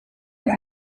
und